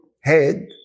head